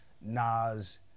Nas